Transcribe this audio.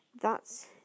That's